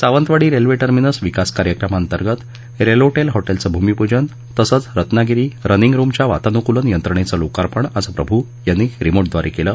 Sawantwadi railway terminus विकास कार्यक्रमांतर्गत RailTel हॉटेलचे भूमिप्जन तसंच रत्नागिरी रनिंग रुमच्या वातानुकूलन यंत्रणेचं लोकार्पण आज प्रभू यांनी रिमोटव्दारे केलं